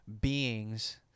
beings